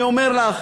אני אומר לך,